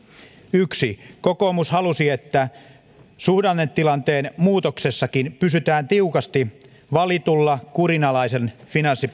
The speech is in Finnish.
yksi kokoomus halusi että suhdannetilanteen muutoksessakin pysytään tiukasti valitulla kurinalaisen finanssipolitiikan linjalla samalla